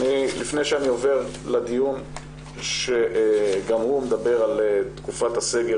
לפני שאני עובר לדיון שגם הוא מדבר על תקופת הסגר